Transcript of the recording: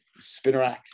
spinnerack